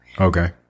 Okay